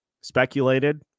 speculated